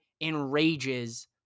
enrages